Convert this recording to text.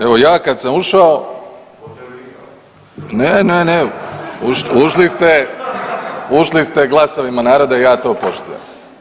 Evo ja kad sam ušao … [[Upadica: Ne razumije se.]] ne, ne, ne ušli ste glasovima naroda i ja to poštujem.